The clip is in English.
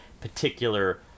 particular